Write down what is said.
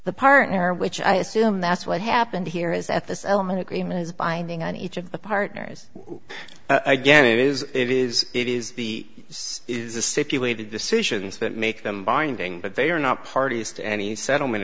the partner which i assume that's what happened here is that this element agreement is binding on each of the partners again it is it is it is the is the safety of the decisions that make them binding but they are not parties to any settlement